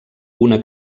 una